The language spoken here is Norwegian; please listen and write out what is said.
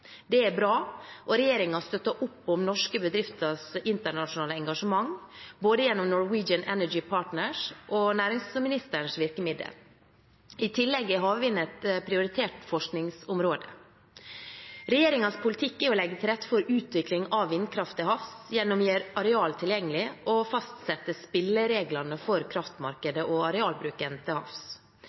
Det er bra, og regjeringen støtter opp om norske bedrifters internasjonale engasjement gjennom både Norwegian Energy Partners og næringsministerens virkemiddel. I tillegg er havvind et prioritert forskningsområde. Regjeringens politikk er å legge til rette for utvikling av vindkraft til havs gjennom å gjøre areal tilgjengelig og fastsette spillereglene for kraftmarkedet og arealbruken til havs.